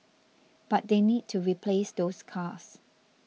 but they need to replace those cars